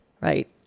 Right